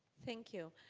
thank you.